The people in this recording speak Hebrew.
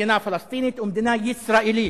מדינה פלסטינית ומדינה ישראלית,